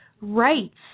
Rights